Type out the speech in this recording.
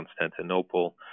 Constantinople